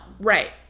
right